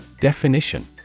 Definition